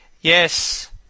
Yes